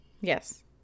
Yes